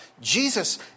Jesus